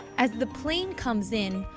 as the plane comes in,